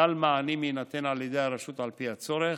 סל מענים יינתן על ידי הרשות, על פי הצורך,